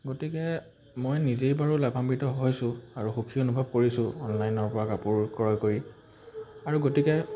গতিকে মই নিজেই বাৰু লাভাম্বিত হৈছোঁ আৰু সুখী অনুভৱ কৰিছোঁ অনলাইনৰপৰা কাপোৰ ক্ৰয় কৰি আৰু গতিকে